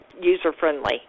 user-friendly